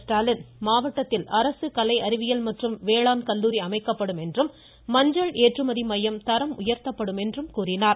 ஸ்டாலின் மாவட்டத்தில் அரசு கலை அறிவியல் மற்றும் வேளாண் கல்லூரி அமைக்கப்படும் மஞ்சள் ஏற்றுமதி மையம் தரம் உயர்த்தப்படும் என்றும் கூறினார்